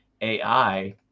AI